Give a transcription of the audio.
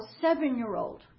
seven-year-old